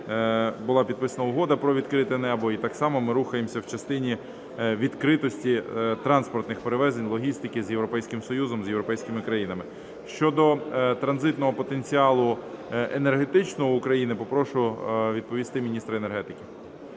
була підписана Угода про "відкрите небо", і так само ми рухаємося в частині відкритості транспортних перевезень, логістики з Європейським Союзом, з європейськими країнами. Щодо транзитного потенціалу енергетичного України попрошу відповісти міністра енергетики.